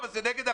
זה נגד החוק,